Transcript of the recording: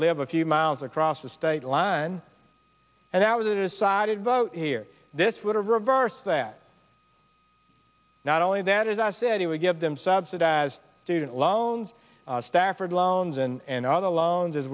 live a few miles across the state line and that was a decided vote here this would have reversed that not only that as i said he would give them subsidized student loans stafford loans and other loans as